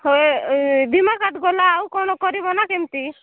ହୋଏ ଗଲା କ'ଣ କରିବ ନା ସେମିତି